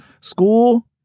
School